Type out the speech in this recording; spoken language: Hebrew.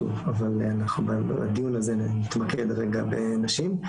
אבל אנחנו בדיון הזה נתמקד רגע בנשים.